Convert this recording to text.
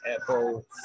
Apple